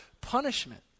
punishment